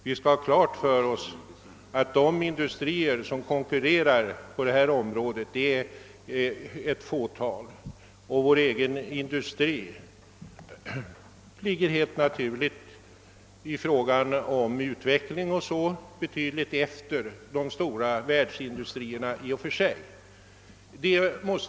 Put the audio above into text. Vi skall ha klart för oss att för närvarande bara ett fåtal industrier konkurrerar på datamaskinområdet och att vår egen industri på detta område helt naturligt ligger betydligt efter de stora världsindustrierna när det gäller den tekniska utvecklingen.